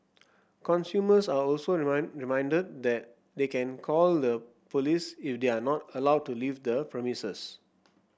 consumers are also remind reminded that they can call the police if they are not allowed to leave the premises